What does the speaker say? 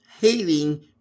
hating